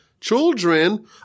children